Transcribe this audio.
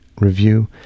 review